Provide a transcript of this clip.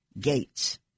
gates